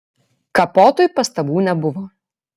kapotui pastabų nebuvo